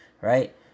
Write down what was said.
Right